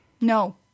No